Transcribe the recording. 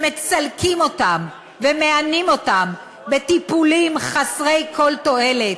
שמצלקים אותם ומענים אותם בטיפולים חסרי כל תועלת,